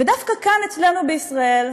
ודווקא כאן, אצלנו בישראל,